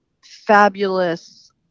fabulous